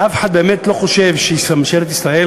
הרי אף אחד לא חושב באמת שממשלת ישראל